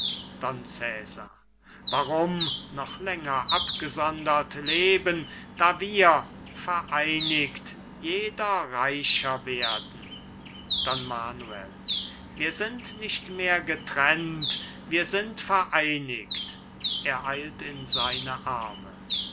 warum noch länger abgesondert leben da wir vereinigt jeder reicher werden don manuel wir sind nicht mehr getrennt wir sind vereinigt er eilt in seine arme